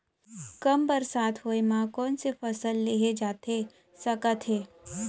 कम बरसात होए मा कौन से फसल लेहे जाथे सकत हे?